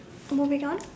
moving on